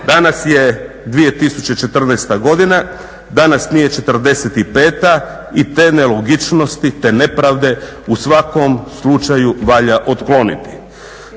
Danas je 2014.godina, danas nije '45. i te nelogičnosti, te nepravde u svakom slučaju valja otkloniti.